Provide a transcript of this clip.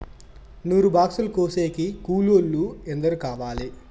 నూరు బాక్సులు కోసేకి కూలోల్లు ఎందరు కావాలి?